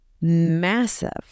massive